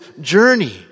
journey